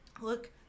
look